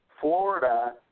Florida